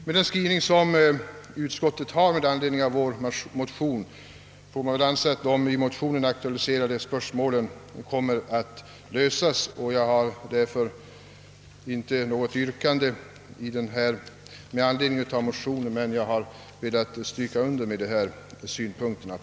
Mot bakgrund av den anförda skrivningen torde det dock få sägas att de i motionerna aktualiserade spörsmålen kommer att lösas, och jag ställer därför inte något yrkande. Jag har emellertid velat stryka under våra synpunkter.